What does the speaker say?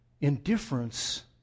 indifference